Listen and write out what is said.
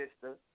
sister